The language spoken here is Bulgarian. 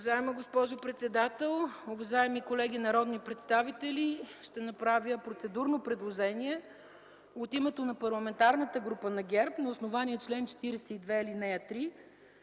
Уважаема госпожо председател, уважаеми колеги народни представители! Ще направя процедурно предложение от името на Парламентарната група на ГЕРБ на основание чл. 42, ал. 3.